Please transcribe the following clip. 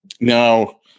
Now